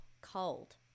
cold